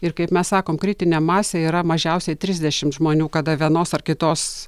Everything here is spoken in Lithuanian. ir kaip mes sakom kritinė masė yra mažiausiai trisdešimt žmonių kada vienos ar kitos